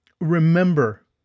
remember